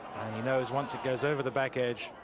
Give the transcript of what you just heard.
he knows once it goes over the back-edge